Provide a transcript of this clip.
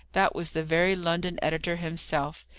that was the very london editor himself.